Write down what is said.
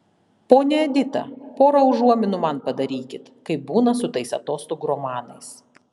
ponia edita pora užuominų man padarykit kaip būna su tais atostogų romanais